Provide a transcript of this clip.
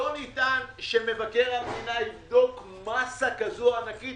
לא ניתן שמבקר המדינה יבדוק מסה כזו ענקית.